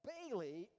Bailey